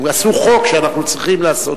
עשו חוק שאנחנו צריכים לעשות